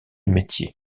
métiers